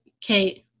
Kate